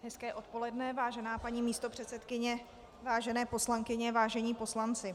Hezké odpoledne, vážená paní místopředsedkyně, vážené poslankyně, vážení poslanci.